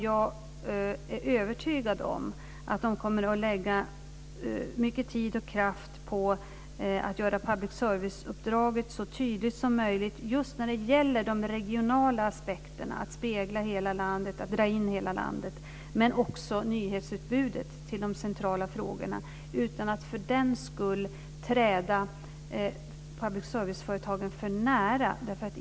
Jag är övertygad om att man kommer att lägga mycket tid och kraft på att göra public service-uppdraget så tydligt som möjligt just när det gäller de regionala aspekterna - att spegla hela landet och dra in hela landet - men också nyhetsutbudet utan att för den skull träda public serviceföretagen för när.